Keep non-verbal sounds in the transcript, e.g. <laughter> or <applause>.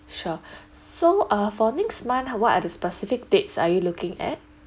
sure <breath> so uh for next month what are the specific dates are you looking at